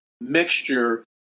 mixture